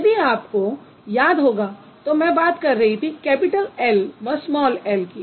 यदि आपको याद होगा तो मैं बात कर रही थी कैपिटल L व स्मॉल l की